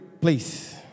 please